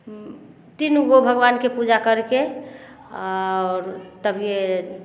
तीन गो भगवानके पूजा करिके आओर तभिये